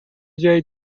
جای